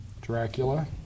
Dracula